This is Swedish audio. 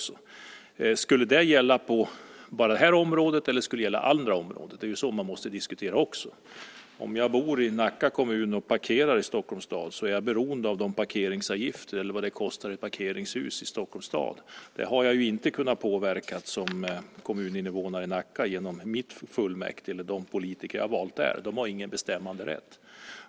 Skulle det här gälla bara i det här området, eller ska det gälla också i andra områden? Så måste man också diskutera. Om jag bor i Nacka kommun och parkerar i Stockholms stad är jag beroende av parkeringsavgifterna, av vad det kostar i parkeringshus, i Stockholms stad. Det har jag inte kunnat påverka som kommuninvånare i Nacka genom mitt fullmäktige eller de politiker jag valt där. De har ingen bestämmanderätt.